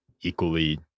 equally